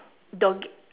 dog